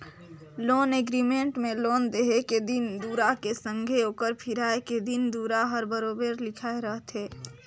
loan agreement में loan देहे के दिन दुरा के संघे ओकर फिराए के दिन दुरा हर बरोबेर लिखाए रहथे